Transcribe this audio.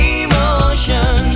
emotion